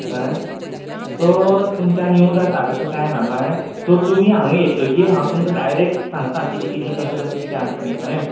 कळ्ळें सो तुमच्यान येवूंक जाता तशें कांय ना कळ्ळें सो तुमी हांगा येतकीर हांव तुमकां डायरेक्ट सांगतां कितें कितें कशें कशें कितें आसा तें कळ्ळें